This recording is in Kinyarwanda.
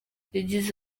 yagize